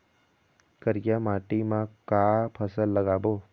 करिया माटी म का फसल लगाबो?